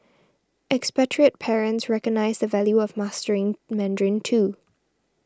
expatriate parents recognise the value of mastering Mandarin too